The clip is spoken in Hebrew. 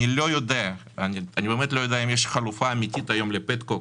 אני לא יודע אם יש חלופה אמיתית היום לפטקוק